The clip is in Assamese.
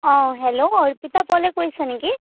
অঁ হেল্ল' অৰ্পিতা পালে কৈছে নেকি